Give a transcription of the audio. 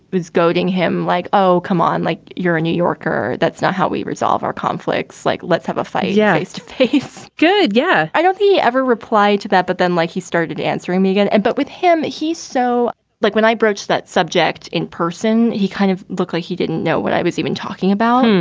but his goading him like, oh, come on, like you're a new yorker. that's not how we resolve our conflicts. like let's have a face yeah to face. good. yeah. i don't he ever reply to that. but then like he started answering me again. and but with him, he's so like when i broached that subject in person, he kind of looks like he didn't know what i was even talking about.